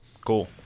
Cool